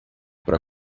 para